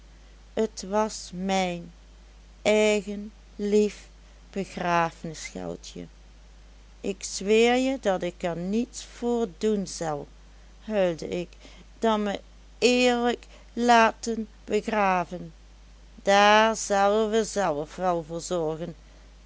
et was mijn eigen lief begrafenisgeldje ik zweer je dat ik er niets voor doen zel huilde ik dan me eerlek laten begraven daar zellen we zelf wel voor zorgen